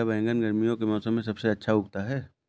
क्या बैगन गर्मियों के मौसम में सबसे अच्छा उगता है?